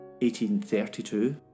1832